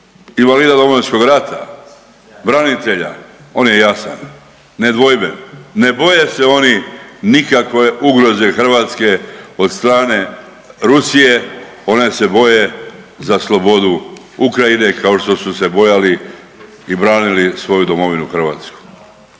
invalida Domovinskog rata, branitelja on je jasan, nedvojben ne boje se oni nikakve ugroze Hrvatska od strane Rusije, one se boje za slobodu Ukrajine kao što su se bojali i branili svoju domovinu Hrvatsku.